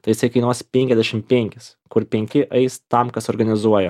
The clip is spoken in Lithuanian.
tai jisai kainuos penkiasdešimt penkis kur penki eis tam kas organizuoja